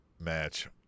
match